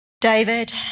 David